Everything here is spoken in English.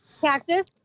Cactus